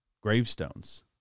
gravestones